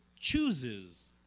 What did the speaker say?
chooses